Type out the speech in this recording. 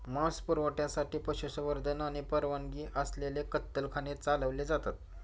मांस पुरवठ्यासाठी पशुसंवर्धन आणि परवानगी असलेले कत्तलखाने चालवले जातात